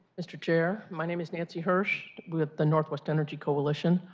mr. chair, my name is nancy hirsch with the northwest energy coalition,